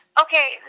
Okay